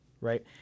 right